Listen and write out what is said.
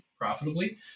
profitably